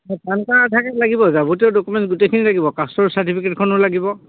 পান card Aadhaar card লাগিব যাবতীয় document গোটেইখিনি লাগিব কাষ্টৰ চাৰ্টিফিকেটখনো লাগিব